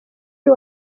uyu